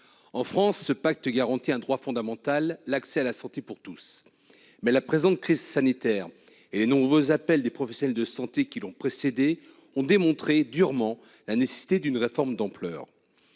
En France, ce pacte garantit un droit fondamental : l'accès à la santé pour tous. Mais la présente crise sanitaire, et les nombreux appels des professionnels de santé qui l'ont précédée, ont durement démontré la nécessité d'une réforme d'ampleur.